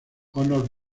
honor